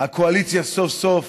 הקואליציה סוף-סוף